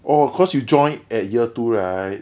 oh cause you join at year two right